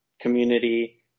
community